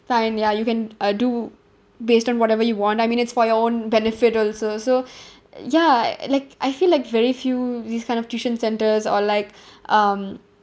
fine ya you can uh do based on whatever you want I mean it's for your own benefit also so ya like I feel like very few this kind of tuition centres or like um